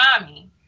mommy